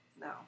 No